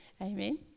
Amen